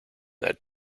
that